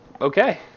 Okay